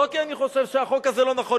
לא כי אני חושב שהחוק הזה לא נכון.